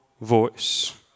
voice